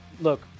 look